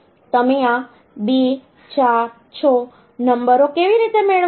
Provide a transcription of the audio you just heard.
તમે આ 2 4 6 નંબરો કેવી રીતે મેળવો છો